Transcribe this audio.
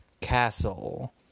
castle